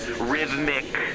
rhythmic